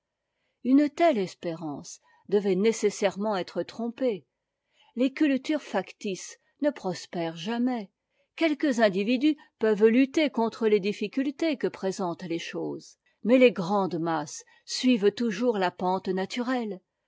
une telle espérance devait nécessairement être trompée les cultures factices ne prospèrent jamais quelques individus peuvent lutter contre les difficultés que présentent les choses mais es grandes masses suivent toujours la pente naturelle